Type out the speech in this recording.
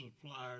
suppliers